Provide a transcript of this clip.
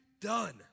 done